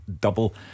double